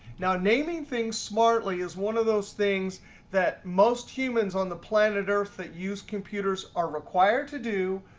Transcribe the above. now, naming things smartly is one of those things that most humans on the planet earth that use computers are required to do,